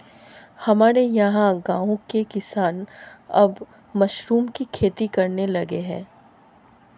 हमारे यहां गांवों के किसान अब मशरूम की खेती करने लगे हैं